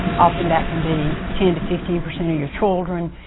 often that can be ten to fifteen percent of your children.